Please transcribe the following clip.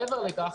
מעבר לכך,